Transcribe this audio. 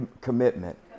commitment